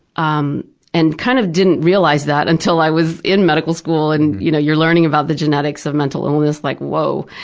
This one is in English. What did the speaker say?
um and kind of didn't realize that until i was in medical school and you know you're learning about the genetics of mental illness, like, whoa!